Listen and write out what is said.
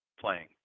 playing